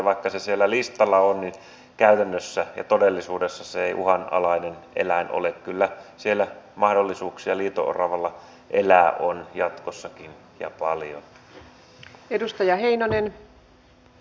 vaikka se siellä listalla on niin käytännössä ja todellisuudessa se ei uhanalainen eläin ole kyllä siellä on liito oravalla jatkossakin mahdollisuuksia elää ja paljon